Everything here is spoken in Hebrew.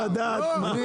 אני